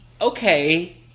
okay